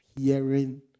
hearing